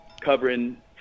covering